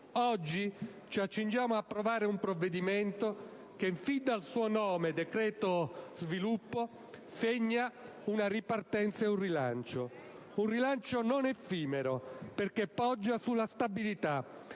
Oggi ci accingiamo ad approvare un provvedimento che fin dal suo nome, decreto sviluppo, segna una ripartenza ed un rilancio. Un rilancio non effimero, perché poggia sulla stabilità